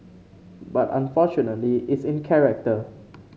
but unfortunately it's in character